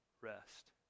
rest